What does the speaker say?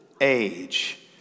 age